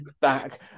back